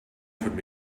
offered